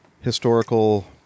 historical